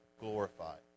glorified